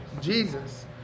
jesus